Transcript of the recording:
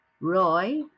Roy